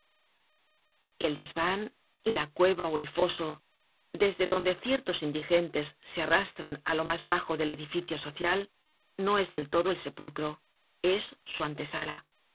el desvan la cueva ó el foso desde donde ciertos indigentes se arrastran á lo mas bajo del edificio social no es del todo el sepulcro es su antesala